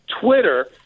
Twitter